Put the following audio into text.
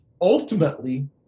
ultimately